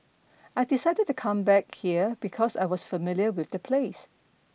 I decided to come back here because I was familiar with the place